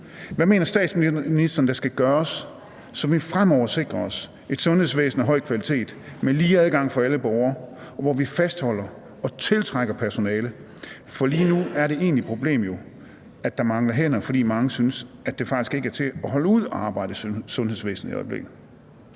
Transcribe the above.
Hvad mener statsministeren der skal gøres, så vi fremover sikrer os et sundhedsvæsen af høj kvalitet med lige adgang for alle borgere, og hvor vi fastholder og tiltrækker personale? For lige nu er det egentlige problem jo, at der mangler hænder, fordi mange synes, at det faktisk ikke er til at holde ud at arbejde i sundhedsvæsenet i øjeblikket.